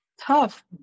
tough